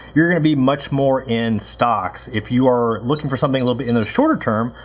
you're going to be much more in stocks. if you are looking for something a little bit in the shorter term,